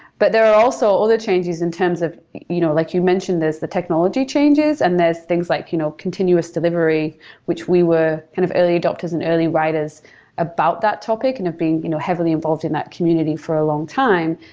but there are also other changes in terms of you know like you mentioned, there's the technology changes and there's things like you know continuous delivery which we were kind of early adapters and early writers about that topic, and it being you know heavily involved in that community for a long time,